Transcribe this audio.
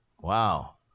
Wow